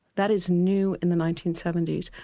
that is new in the nineteen seventy s.